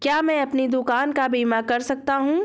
क्या मैं अपनी दुकान का बीमा कर सकता हूँ?